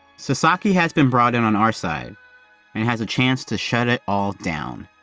sasaki has been brought in on our side and has a chance to shut it all down.